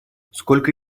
сколько